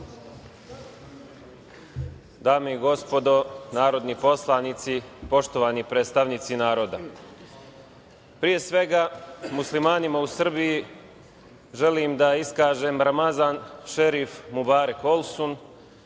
Dame i gospodo narodni poslanici, poštovani predstavnici naroda, pre svega, muslimanima u Srbiji želim da iskažem Ramazan Šerif Mubarek Olsun,